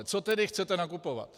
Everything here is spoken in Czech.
Co tedy chcete nakupovat?